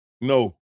No